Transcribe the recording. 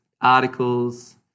articles